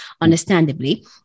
understandably